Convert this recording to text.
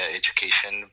education